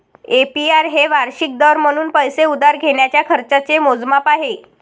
APR हे वार्षिक दर म्हणून पैसे उधार घेण्याच्या खर्चाचे मोजमाप आहे